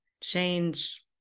change